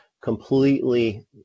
completely